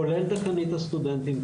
כולל דיקנית הסטודנטים,